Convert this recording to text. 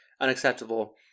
unacceptable